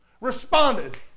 responded